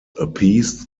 appeased